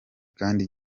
kandi